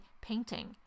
painting